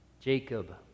Jacob